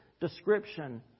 description